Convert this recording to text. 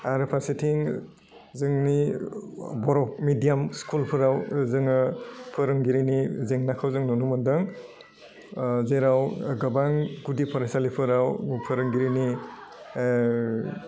आरो फारसेथिं जोंनि बर' मेदियाम स्कुलफोराव जोङो फोरोंगिरिनि जेंनाखौ जों नुनो मोन्दों जेराव गोबां गुदि फरायसालिफोराव फोरोंगिरिनि